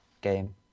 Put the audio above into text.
game